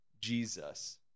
Jesus